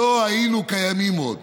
לא היינו קיימים עוד.